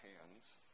hands